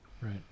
right